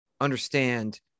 understand